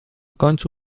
końcu